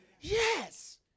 Yes